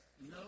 no